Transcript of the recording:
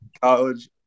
college